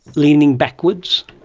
leaning backwards.